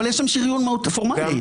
אבל יש שם שריון מהותי פורמלי.